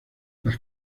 las